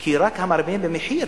כי רק המרבה במחיר